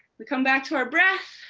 we come back to our breath